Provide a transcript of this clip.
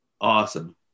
awesome